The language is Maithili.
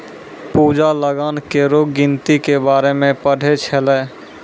पूजा लगान केरो गिनती के बारे मे पढ़ै छलै